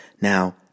Now